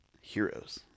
heroes